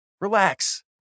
Relax